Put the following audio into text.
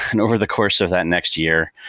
and over the course of that next year,